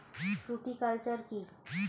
Fruticulture কী?